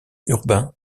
urbains